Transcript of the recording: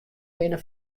binne